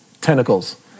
tentacles